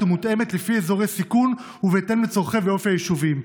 ומותאמת לפי אזורי סיכון ובהתאם לצרכים ולאופי היישובים.